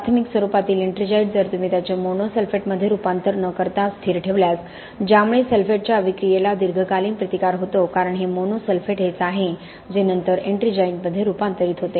प्राथमिक स्वरूपातील एट्रिंजाइट जर तुम्ही त्याचे मोनो सल्फेटमध्ये रूपांतर न करता स्थिर ठेवल्यास ज्यामुळे सल्फेटच्या अभिक्रियाला दीर्घकालीन प्रतिकार होतो कारण हे मोनो सल्फेट हेच आहे जे नंतर एट्रिंजाइटमध्ये रूपांतरित होते